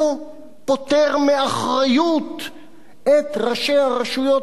פוטר מאחריות את ראשי הרשויות המקומיות,